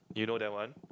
you know that one